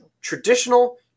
traditional